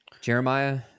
Jeremiah